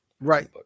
Right